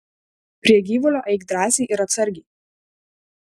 prie gyvulio eik drąsiai ir atsargiai